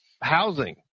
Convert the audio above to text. housing